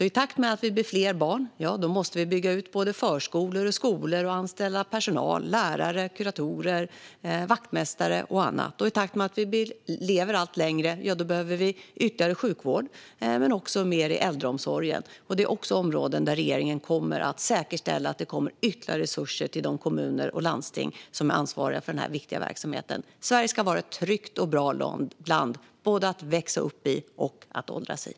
I takt med att det blir fler barn måste vi bygga ut både förskolor och skolor och anställa personal: lärare, kuratorer, vaktmästare och annat. I takt med att vi lever allt längre behöver vi ytterligare sjukvård men också mer i äldreomsorgen. Regeringen kommer att säkerställa att det kommer ytterligare resurser till de kommuner och landsting som är ansvariga för de här viktiga verksamheterna. Sverige ska vara ett tryggt och bra land, både att växa upp i och att åldras i.